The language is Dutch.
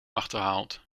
achterhaald